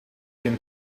can